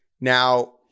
Now